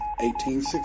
1860